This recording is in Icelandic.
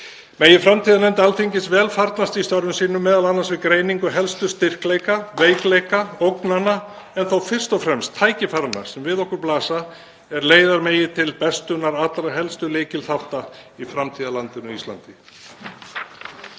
Megi framtíðarnefnd Alþingis vel farnast í störfum sínum, m.a. við greiningu helstu styrkleika, veikleika, ógnana en þó fyrst og fremst tækifæra sem við okkur blasa er leiða megi til bestunar allra helstu lykilþátta í framtíðarlandinu Íslandi.